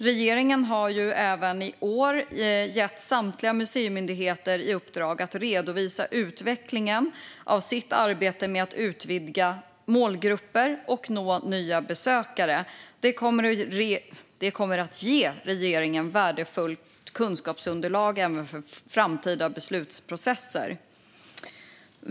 Regeringen har även gett samtliga museimyndigheter i uppdrag att redovisa utvecklingen av sitt arbete med att utvidga målgrupper och nå nya besökare. Det kommer att ge regeringen ett värdefullt kunskapsunderlag inför framtida beslutsprocesser.